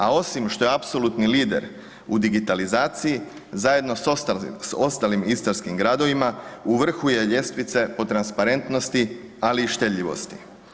A osim što je apsolutni lider u digitalizaciji zajedno sa ostalim istarskim gradovima, u vrhu je ljestvice po transparentnosti, ali i štedljivosti.